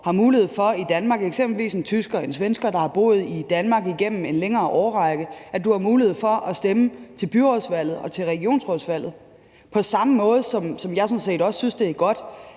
at en EU-borger, eksempelvis en tysker eller en svensker, der har boet i Danmark igennem en længere årrække, har mulighed for at stemme til byrådsvalget og til regionsrådsvalget, på samme måde, som jeg også synes, det er godt,